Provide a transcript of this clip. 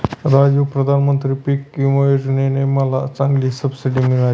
राजू प्रधानमंत्री पिक विमा योजने ने मला चांगली सबसिडी मिळाली